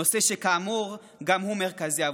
נושא שכאמור גם הוא מרכזי עבורי.